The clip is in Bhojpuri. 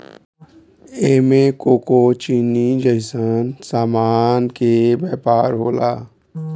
एमे कोको चीनी जइसन सामान के व्यापार होला